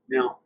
Now